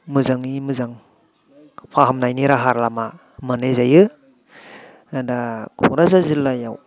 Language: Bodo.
मोजाङै मोजां फाहामनायनि राहा लामा मोननाय जायो दा क'क्राझार जिल्लायाव